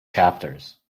chapters